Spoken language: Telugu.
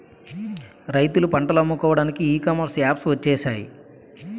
రైతులు పంటలు అమ్ముకోవడానికి ఈ కామర్స్ యాప్స్ వచ్చేసాయి